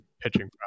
pitching